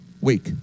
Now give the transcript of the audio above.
week